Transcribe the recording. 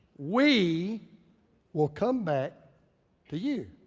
we will come back to you.